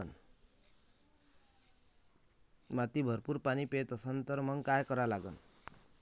माती भरपूर पाणी पेत असन तर मंग काय करा लागन?